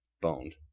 boned